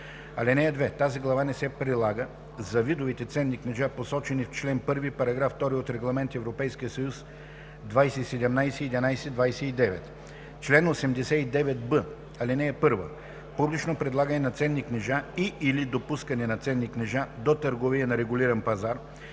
(2) Тази глава не се прилага за видовете ценни книжа, посочени в чл. 1, параграф 2 от Регламент (ЕС) 2017/1129. Чл. 89б. (1) Публично предлагане на ценни книжа и/или допускане на ценни книжа до търговия на регулиран пазар